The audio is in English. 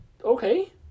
Okay